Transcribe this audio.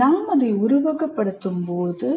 நாம் அதை உருவகப்படுத்தும்போது